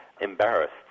embarrassed